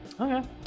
Okay